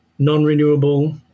non-renewable